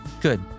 Good